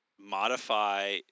modify –